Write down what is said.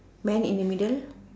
man in the middle